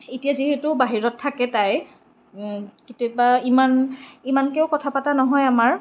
এতিয়া যিহেতু বাহিৰত থাকে তাই কেতিয়াবা ইমান ইমানকেও কথা পতা নহয় আমাৰ